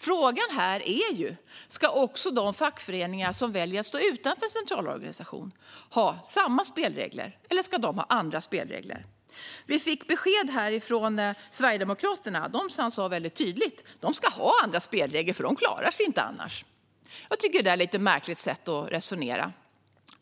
Frågan här är om också de fackföreningar som väljer att stå utanför en centralorganisation ska ha samma spelregler eller om de ska ha andra spelregler. Vi fick här ett väldigt tydligt besked från Sverigedemokraterna om att de ska ha andra spelregler, för de klarar sig inte annars. Jag tycker att det är ett lite märkligt sätt att resonera.